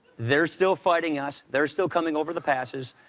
they're still fighting us, they're still coming over the passes,